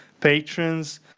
patrons